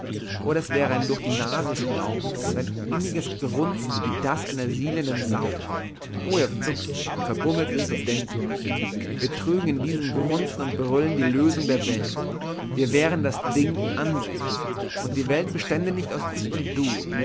oder wäre ein durch die nase schnauben und ein inniges grunzen wie das einer sielenden sau oh ihr füchse und verbummelten studenten wir trügen in diesem grunzen und brüllen die lösung der welt wir wären das ding an sich und die welt bestände nicht aus ich und du